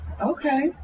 Okay